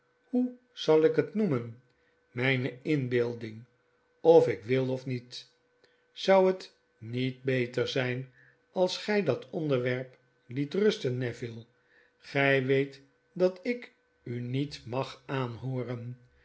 hoe zal ik het noemen mijne inbeelding of ik wil of niet zou het niet beter zyn als gy it onderwerp liet rusten neville gy weet dat ik u niet mag aanhooren